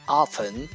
often